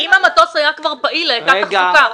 זאת אומרת שאם המטוס היה כבר פעיל הייתה תחזוקה,